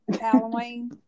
halloween